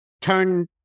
turn